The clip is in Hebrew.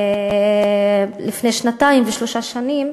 לפני שנתיים ושלוש שנים,